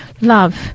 love